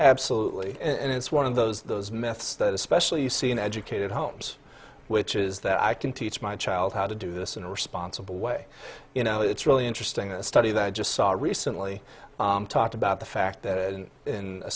absolutely and it's one of those those myths that especially you see an educated homes which is that i can teach my child how to do this in a responsible way you know it's really interesting this study that i just saw recently talked about the fact that in